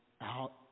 out